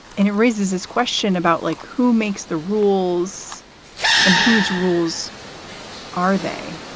and it raises this question about like who makes the rules and whose rules are they?